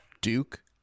Duke